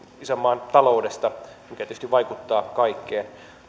isänmaan taloudesta mikä tietysti vaikuttaa kaikkeen